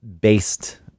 based